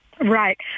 Right